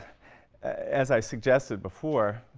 as i suggested before,